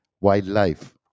wildlife